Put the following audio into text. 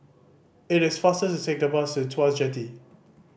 it is faster to take the bus to Tuas Jetty